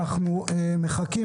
אנחנו מחכים,